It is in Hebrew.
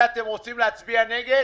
אתה רוצה להצביע על סעיף 4?